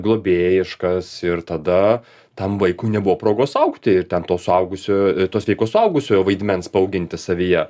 globėjiškas ir tada tam vaikui nebuvo progos augti ir ten to suaugusio to sveiko suaugusiojo vaidmens paauginti savyje